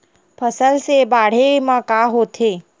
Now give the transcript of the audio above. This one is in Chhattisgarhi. फसल से बाढ़े म का होथे?